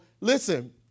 listen—